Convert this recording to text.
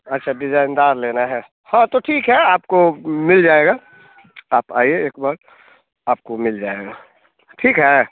अच्छा डिजाईनदार लेना है हाँ तो ठीक है आपको मिल जाएगा आप आइए एक बार आपको मिल जाएगा ठीक है